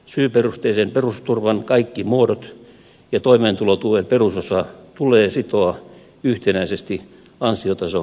syyperusteisen perusturvan kaikki muodot ja toimeentulotuen perusosa tulee sitoa yhtenäisesti ansiotasoindeksiin